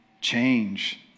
change